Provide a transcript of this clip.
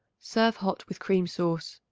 serve hot with cream sauce.